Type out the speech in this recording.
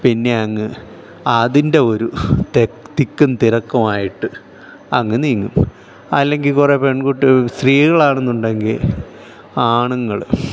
പിന്നെ അങ്ങ് അതിൻ്റെ ഒരു തിക്കും തിരക്കുമായിട്ട് അങ് നീങ്ങും അല്ലെങ്കിൽ കുറേ പെൺകുട്ടി സ്ത്രീകളാണെന്നുണ്ടെങ്കിൽ ആണുങ്ങൾ